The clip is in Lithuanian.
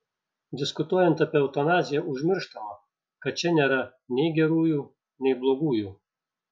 diskutuojant apie eutanaziją užmirštama kad čia nėra nei gerųjų nei blogųjų